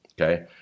okay